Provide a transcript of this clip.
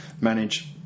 manage